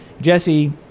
Jesse